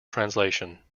translation